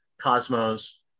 Cosmos